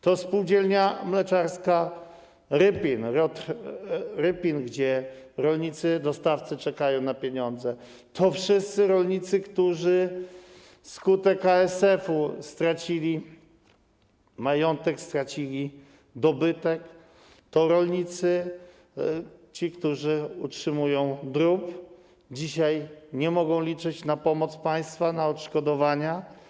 To spółdzielnia mleczarska Rypin, gdzie rolnicy, dostawcy czekają na pieniądze, to wszyscy rolnicy, którzy wskutek ASF-u stracili majątek, stracili dobytek, to ci rolnicy, którzy utrzymują drób, dzisiaj nie mogą liczyć na pomoc państwa, na odszkodowania.